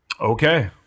okay